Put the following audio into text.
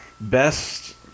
Best